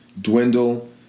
dwindle